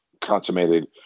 consummated